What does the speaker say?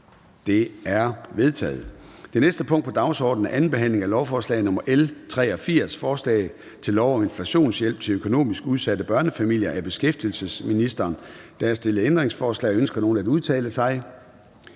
Det er vedtaget. --- Det næste punkt på dagsordenen er: 14) 2. behandling af lovforslag nr. L 83: Forslag til lov om inflationshjælp til økonomisk udsatte børnefamilier. Af beskæftigelsesministeren (Ane Halsboe-Jørgensen). (Fremsættelse